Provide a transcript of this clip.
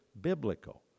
biblical